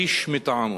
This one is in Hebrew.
איש מטעמו.